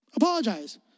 Apologize